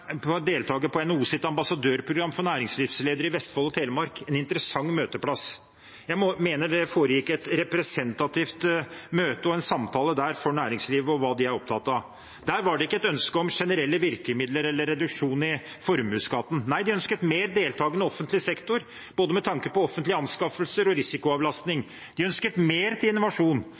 jeg deltaker på NHOs ambassadørprogram for næringslivsledere i Vestfold og Telemark – en interessant møteplass. Jeg mener det der foregikk et representativt møte og en samtale for næringslivet og hva de er opptatt av. Der var det ikke et ønske om generelle virkemidler eller reduksjon i formuesskatten. Nei, de ønsket en mer deltakende offentlig sektor med tanke på både offentlige anskaffelser og risikoavlastning. De ønsket mer til innovasjon.